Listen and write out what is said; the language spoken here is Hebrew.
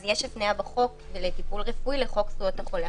יש הפנייה בחוק לטיפול רפואי לחוק זכויות החולה.